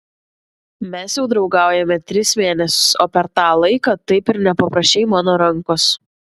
mes jau draugaujame tris mėnesius o per tą laiką taip ir nepaprašei mano rankos